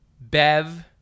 Bev